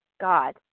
God